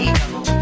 double